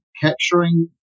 capturing